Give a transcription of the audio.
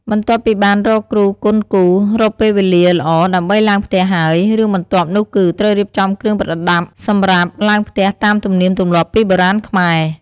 បន្ទាប់ពីបានរកគ្រូគន់គូររកពេលវេលាល្អ ដើម្បីឡើងផ្ទះហើយ រឿងបន្ទាប់នោះគឺ ត្រូវរៀបចំគ្រឿងប្រដាប់សម្រាប់ឡើងផ្ទះតាមទំនៀមទម្លាប់ពីបុរាណខ្មែរ។